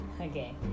Okay